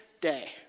day